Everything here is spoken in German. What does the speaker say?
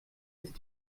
ist